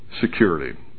security